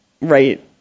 Right